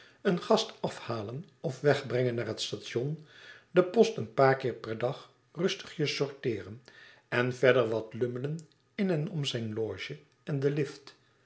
een gast afhalen of wegbrengen naar het station de post een paar keer per dag rustigjes sorteeren en verder wat lummelen in en om zijn loge en den lift